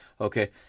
okay